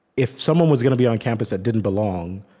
if someone was gonna be on campus that didn't belong,